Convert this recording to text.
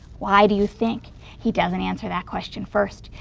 why do you think he doesn't answer that question first?